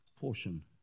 portion